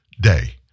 day